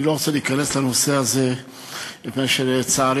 אני לא רוצה להיכנס לנושא הזה מפני שלצערי